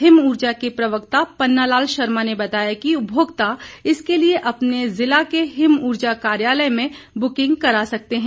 हिमउर्जा के प्रवक्ता पन्नालाल शर्मा ने बताया कि उपभोक्ता इसके लिए अपने जिला के हिमउर्जा कार्यालय में बुकिंग करा सकते हैं